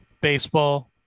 baseball